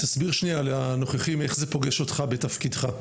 תסביר שניה לנוכחים איך זה פוגש אותך בתפקידך,